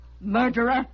murderer